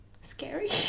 scary